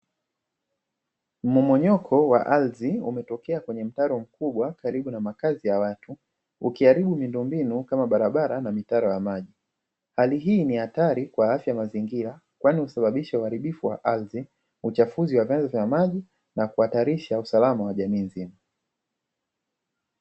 Mmomonyoko wa ardhi umetokea kwenye mtaro mkubwa karibu na makazi ya watu ukiharibu miundombinu kama barabara na mitaro ya maji. Hali hii ni hatari kwa afya ya mazingira kwani husababisha uharibifu wa ardhi, uchafuzi wa vyanzo vya maji na kuhatarisha usalama wa jamii nzima.